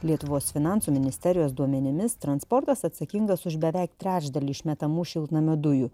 lietuvos finansų ministerijos duomenimis transportas atsakingas už beveik trečdalį išmetamų šiltnamio dujų